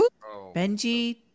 Benji